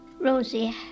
Rosie